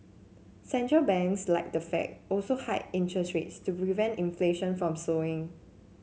central banks like the Fed also hiked interest rates to prevent inflation from soaring